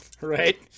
Right